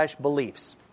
Beliefs